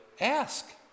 Ask